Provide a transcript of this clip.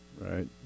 right